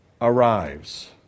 arrives